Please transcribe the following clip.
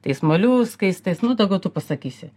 tais moliuskais tais nu daugiau tu pasakysi